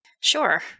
Sure